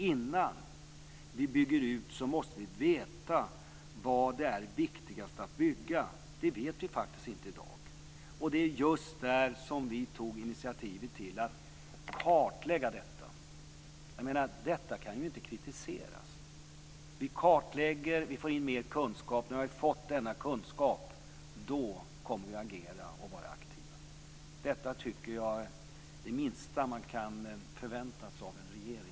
Innan vi bygger ut måste vi veta vad som är viktigast att bygga. Det vet vi faktiskt inte i dag. Det är just därför vi har tagit initiativet till att kartlägga det här. Detta kan ju inte kritiseras! Vi kartlägger och får in mer kunskap, och när vi har fått denna kunskap kommer vi att agera och vara aktiva. Detta tycker jag är det minsta man kan förvänta sig av en regering.